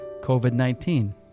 COVID-19